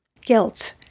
guilt